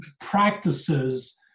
practices